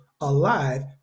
alive